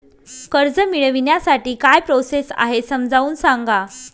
कर्ज मिळविण्यासाठी काय प्रोसेस आहे समजावून सांगा